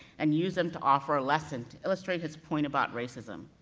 and used them to offer a lesson to illustrate his point about racism,